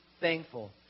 thankful